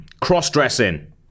Cross-dressing